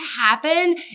happen